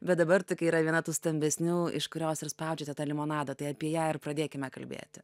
bet dabar tokia yra viena tų stambesnių iš kurios ir spaudžiate tą limonadą tai apie ją ir pradėkime kalbėti